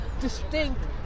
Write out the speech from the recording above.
distinct